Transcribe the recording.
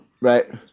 Right